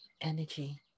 energy